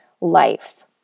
life